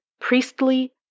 priestly